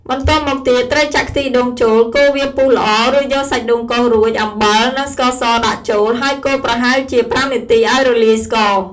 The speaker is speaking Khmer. បន្ទាប់មកទៀតត្រូវចាក់ខ្ទិះដូងចូល កូរវាពុះល្អ រួចយកសាច់ដូងកោសរួច អំបិល និងស្ករសដាក់ចូល ហើយកូរប្រហែលជា ៥នាទីឱ្យរលាយស្ករ។